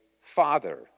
Father